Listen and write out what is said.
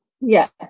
Yes